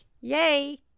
Yay